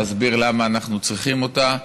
להסביר למה אנחנו צריכים אותה.